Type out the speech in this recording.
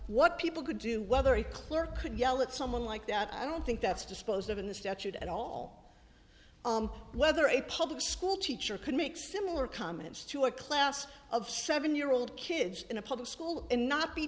what people could do whether a clerk could yell at someone like that i don't think that's disposed of in the statute at all whether a public school teacher could make similar comments to a class of seven year old kids in a public school and not be